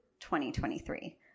2023